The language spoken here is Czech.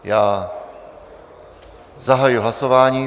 Já zahajuji hlasování.